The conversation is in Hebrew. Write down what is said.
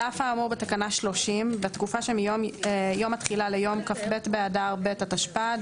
על אף האמור בתקנה 30 בתקופה שמיום התחילה ליום כ"ב באדר ב' התשפ"ד